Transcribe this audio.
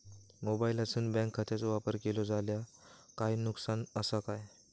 मोबाईलातसून बँक खात्याचो वापर केलो जाल्या काय नुकसान असा काय?